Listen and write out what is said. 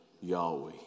Yahweh